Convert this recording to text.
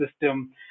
system